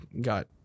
Got